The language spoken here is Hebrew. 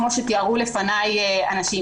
כמו שתיארו לפניי אנשים.